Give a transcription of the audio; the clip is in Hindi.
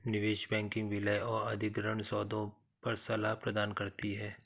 निवेश बैंकिंग विलय और अधिग्रहण सौदों पर सलाह प्रदान करती है